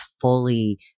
fully